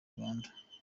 rwanda